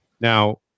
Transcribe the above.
Now